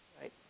Right